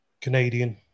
Canadian